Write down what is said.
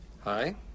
Hi